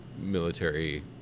military